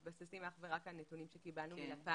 שמתבססים אך ורק על נתונים שקיבלנו מלפ"מ.